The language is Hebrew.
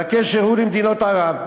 והקשר הוא למדינות ערב.